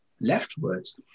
leftwards